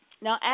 Now